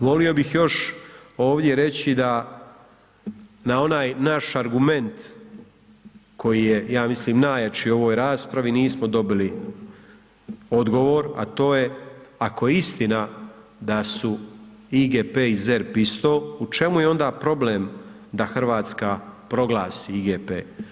Volio bih još ovdje reći da na onaj naš argument koji je, ja mislim najjači u ovoj raspravi, nismo dobili odgovor, a to je, ako je ista da su IGP i ZERP isto, u čemu je onda problem da Hrvatska proglasi IGP?